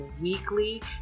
weekly